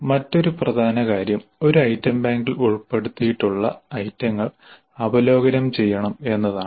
മറ്റൊരു പ്രധാന കാര്യം ഒരു ഐറ്റം ബാങ്കിൽ ഉൾപ്പെടുത്തിയിട്ടുള്ള ഐറ്റങ്ങൾ അവലോകനം ചെയ്യണം എന്നതാണ്